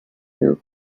hear